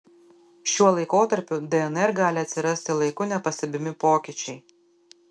šiuo laikotarpiu dnr gali atsirasti laiku nepastebimi pokyčiai